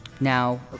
Now